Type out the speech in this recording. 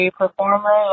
performer